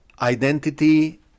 identity